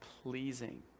pleasing